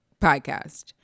podcast